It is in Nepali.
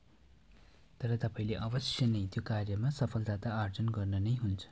तर तपाईँले अवश्य नै त्यो कार्यमा सफलता त आर्जन गर्न नै हुन्छ